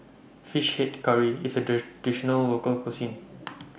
Fish Head Curry IS A Traditional Local Cuisine